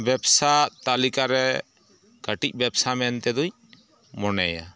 ᱵᱮᱵᱥᱟ ᱛᱟᱹᱞᱤᱠᱟᱨᱮ ᱠᱟᱹᱴᱤᱡ ᱵᱮᱵᱥᱟ ᱢᱮᱱᱛᱮ ᱫᱚᱧ ᱢᱚᱱᱮᱭᱟ